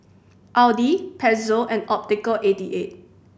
Audi Pezzo and Optical eighty eight